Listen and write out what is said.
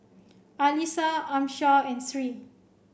Alyssa Amsyar and Three